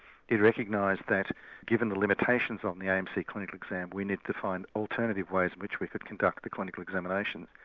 it recognised that given the limitations on the amc clinical exam we need to find alternative ways in which we could conduct the clinical examination.